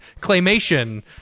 claymation